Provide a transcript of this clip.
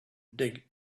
dig